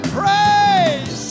praise